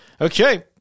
Okay